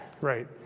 Right